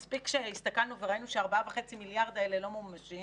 מספיק שהסתכלנו וראינו שה-4.5 מיליארד האלה לא ממומשים,